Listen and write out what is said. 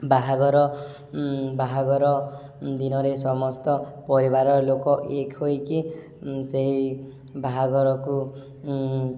ବାହାଘର ବାହାଘର ଦିନରେ ସମସ୍ତ ପରିବାର ଲୋକ ଏକ ହୋଇକି ସେହି ବାହାଘରକୁ